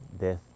death